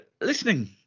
listening